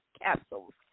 capsules